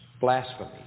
Blasphemy